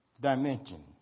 dimension